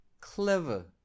clever